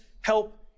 help